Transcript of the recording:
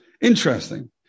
Interesting